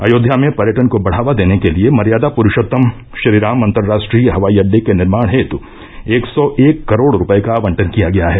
अयोध्या में पर्यटन को बढ़ावा देने के लिये मर्यादा पुरूषोत्तम श्रीराम अन्तर्राष्ट्रीय हवाई अड्डे के निर्माण हेतु एक सौ एक करोड़ रूपये का आवंटन किया गया है